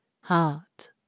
Heart